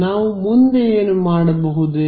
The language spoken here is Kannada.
ನಾವು ಮುಂದೆ ಏನು ಮಾಡಬಹುದೇ